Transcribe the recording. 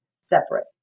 separate